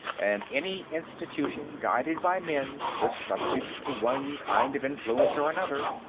and any institution guided by men was subject to one kind of influence or another,